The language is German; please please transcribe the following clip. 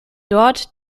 dort